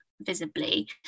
visibly